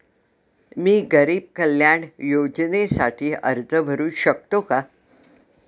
मी गरीब कल्याण योजनेसाठी अर्ज भरू शकतो का?